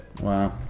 Wow